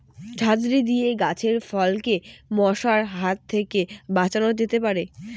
ঝাঁঝরি দিয়ে গাছের ফলকে মশার হাত থেকে বাঁচানো যেতে পারে?